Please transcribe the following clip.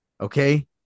Okay